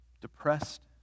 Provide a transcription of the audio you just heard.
depressed